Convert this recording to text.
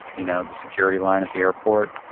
you know the security line at the airport.